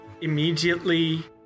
immediately